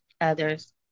others